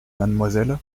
mademoiselle